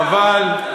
חבל,